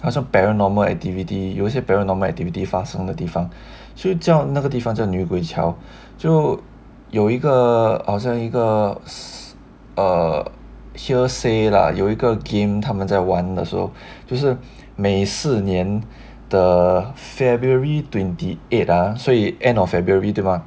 好像 paranormal activity 有些 paranormal activity 发生的地方所以叫那个地方叫女鬼桥就有一个好像一个 err hearsay 啦有一个 game 他们在完的时候就是每四年 the february twenty eight ah 所以 end of february 对吗